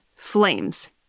flames